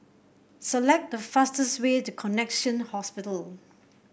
select the fastest way to Connexion Hospital